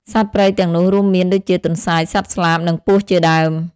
សត្វព្រៃទាំងនោះរួមមានដូចជា ទន្សាយ សត្វស្លាប និងពស់ជាដើម។